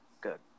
Good